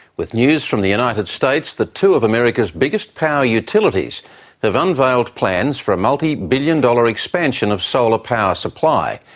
with news from the united states that two of america's biggest power utilities have unveiled plans for a multi-billion dollar expansion of solar power supply.